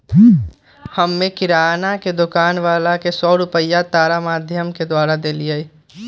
हम्मे किराना के दुकान वाला के सौ रुपईया तार माधियम के द्वारा देलीयी